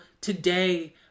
today